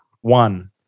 One